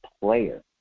player